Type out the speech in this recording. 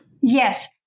Yes